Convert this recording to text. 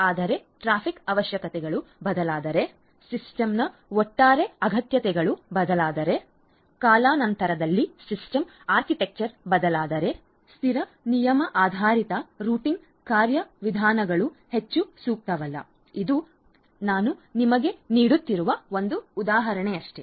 ಆದರೆ ಟ್ರಾಫಿಕ್ ಅವಶ್ಯಕತೆಗಳು ಬದಲಾದರೆ ಸಿಸ್ಟಮ್ನ ಒಟ್ಟಾರೆ ಅಗತ್ಯತೆಗಳು ಬದಲಾದರೆ ಕಾಲಾನಂತರದಲ್ಲಿ ಸಿಸ್ಟಮ್ ಆರ್ಕಿಟೆಕ್ಚರ್ ಬದಲಾದರೆ ಸ್ಥಿರ ನಿಯಮ ಆಧಾರಿತ ರೂಟಿಂಗ್ ಕಾರ್ಯವಿಧಾನಗಳು ಹೆಚ್ಚು ಸೂಕ್ತವಲ್ಲ ಇದು ನಾನು ನಿಮಗೆ ನೀಡುತ್ತಿರುವ ಒಂದು ಉದಾಹರಣೆಯಷ್ಟೇ